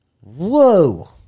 Whoa